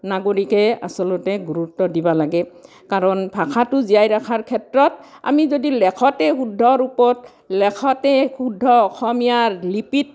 নাগৰিকে আচলতে গুৰুত্ব দিব লাগে কাৰণ ভাষাটো জীয়াই ৰখাৰ ক্ষেত্ৰত আমি যদি লেখোঁতে শুদ্ধ ৰূপত লেখোঁতে শুদ্ধ অসমীয়া লিপিত